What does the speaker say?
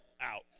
out